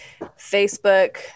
Facebook